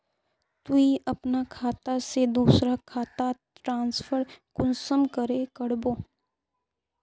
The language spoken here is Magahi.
तुई अपना खाता से दूसरा खातात ट्रांसफर कुंसम करे करबो?